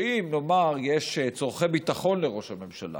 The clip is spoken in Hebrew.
שאם, נאמר, יש צורכי ביטחון לראש הממשלה,